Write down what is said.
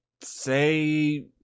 say